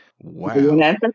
wow